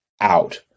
out